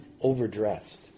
overdressed